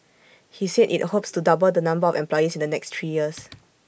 he said IT hopes to double the number of employees in the next three years